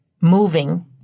moving